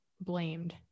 blamed